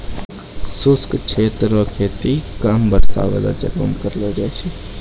शुष्क क्षेत्र रो खेती कम वर्षा बाला जगह मे करलो जाय छै